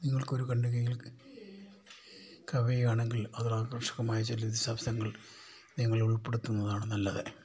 നിങ്ങൾക്കൊരു ഖണ്ഡികയിൽക് കവിയുവാണെങ്കിൽ അ രാകർഷകമായ ചില വിശദാംശങ്ങൾ നിങ്ങളുൾപ്പെടുത്തുന്നതാണ് നല്ലത്